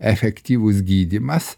efektyvus gydymas